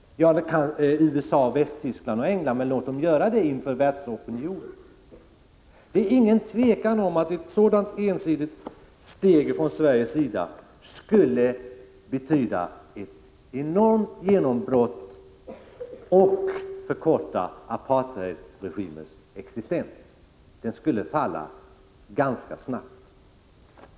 USA, Västtyskland och England kan förstås fördöma det, men låt dem göra det inför världsopinionen. Det råder inga tvivel om att ett sådant ensidigt steg från Sveriges sida skulle betyda ett enormt genombrott och förkorta apartheidregimens existens. Den skulle falla ganska snabbt.